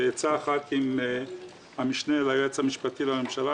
בעצה אחת עם המשנה ליועץ המשפטי לממשלה,